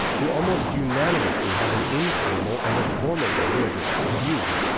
who almost unanimously have an informal and a formal way to address you.